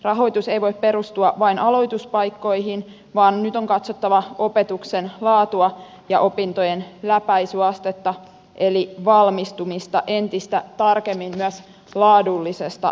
rahoitus ei voi perustua vain aloituspaikkoihin vaan nyt on katsottava opetuksen laatua ja opintojen läpäisyastetta eli valmistumista entistä tarkemmin myös laadullisesta näkökulmasta